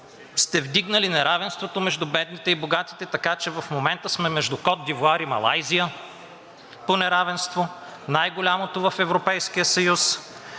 сте вдигнали неравенството между бедните и богатите, така че в момента сме между Кот д'Ивоар и Малайзия по неравенство, най-голямото в Европейския съюз.